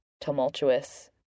tumultuous